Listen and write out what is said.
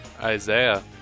Isaiah